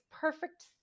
perfect